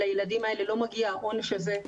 לילדים האלה לא מגיע העונש הזה.